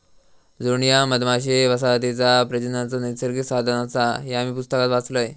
झुंड ह्या मधमाशी वसाहतीचा प्रजननाचा नैसर्गिक साधन आसा, ह्या मी पुस्तकात वाचलंय